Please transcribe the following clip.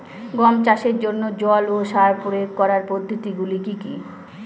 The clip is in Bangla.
গম চাষের জন্যে জল ও সার প্রয়োগ করার পদ্ধতি গুলো কি কী?